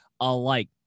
alike